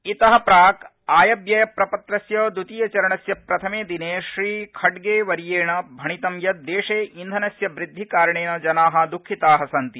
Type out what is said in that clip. इत प्राक् आयव्ययप्रपत्रस्य द्वितीय चरणस्य प्रथमे दिने श्रीखड़गेवर्येण भणितं यत् देशे ईधनस्य वृद्धि कारणेन जना दुखिता सन्ति